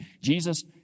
Jesus